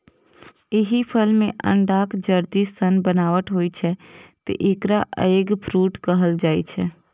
एहि फल मे अंडाक जर्दी सन बनावट होइ छै, तें एकरा एग फ्रूट कहल जाइ छै